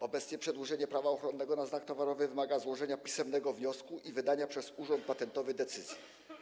Obecnie przedłużenie prawa ochronnego na znak towarowy wymaga złożenia pisemnego wniosku i wydania przez Urząd Patentowy decyzji.